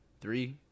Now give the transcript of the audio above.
three